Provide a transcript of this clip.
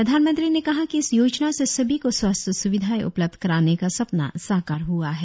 प्रधानमंत्री ने कहा कि इस योजना से सभी को स्वास्थ्य सुविधाए उपलब्ध कराने का सपना साकार हुआ है